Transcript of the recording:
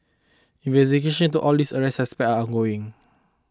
investigations into all this arrested suspects are ongoing